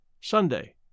Sunday